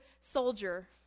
soldier